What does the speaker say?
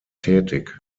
tätig